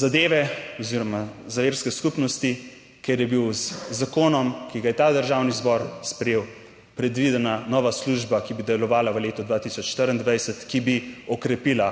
zadeve oziroma za verske skupnosti, ker je bil z zakonom, ki ga je ta Državni zbor sprejel, predvidena nova služba, ki bi delovala v letu 2024, ki bi okrepila